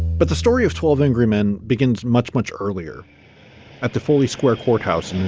but the story of twelve angry men begins much, much earlier at the foley square courthouse in